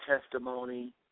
testimony